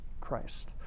Christ